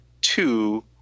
two